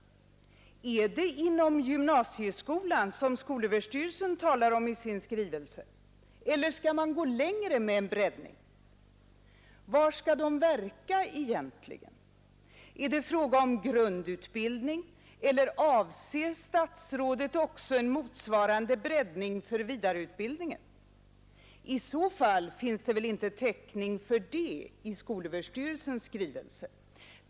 Är det en breddning inom gymnasieskolan som skolöverstyrelsen talar om i sin skrivelse, eller skall man gå längre med breddningen? Och var skall yrkeslärarna egentligen verka? Är det fråga om grundutbildning, eller avser statsrådet också en motsvarande breddning för vidareutbildning? Det finns väl inte täckning för det senare i skolöverstyrelsens skrivelse.